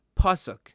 Pasuk